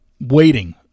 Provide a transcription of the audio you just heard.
waiting